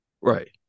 Right